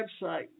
website